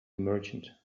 merchant